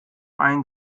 einen